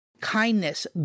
kindness